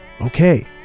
okay